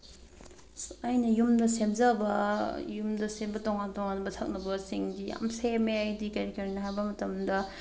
ꯑꯩꯅ ꯌꯨꯝꯗ ꯁꯦꯝꯖꯕ ꯌꯨꯝꯗ ꯁꯦꯝꯕ ꯇꯣꯉꯥꯟ ꯇꯣꯉꯥꯟꯕ ꯊꯛꯅꯕꯁꯤꯡꯒꯤ ꯌꯥꯝ ꯁꯦꯝꯃꯦ ꯍꯥꯏꯗꯤ ꯀꯔꯤ ꯀꯔꯤꯅꯣ ꯍꯥꯏꯕ ꯃꯇꯝꯗ